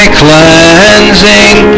cleansing